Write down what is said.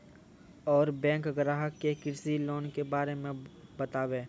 और बैंक ग्राहक के कृषि लोन के बारे मे बातेबे?